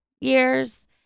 years